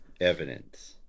evidence